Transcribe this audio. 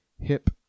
hip